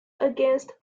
against